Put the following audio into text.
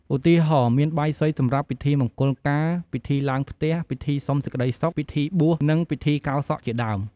ឧទាហរណ៍ មានបាយសីសម្រាប់ពិធីមង្គលការ ពិធីឡើងផ្ទះ ពិធីសុំសេចក្តីសុខ ពិធីបួស និងពិធីកោរសក់ជាដើម។